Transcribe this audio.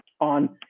on